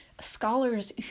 Scholars